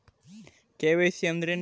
KYC ಅಂದ್ರೇನು?